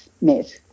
met